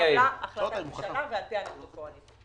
החלטת ממשלה, ולפיה אנחנו פועלים.